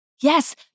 Yes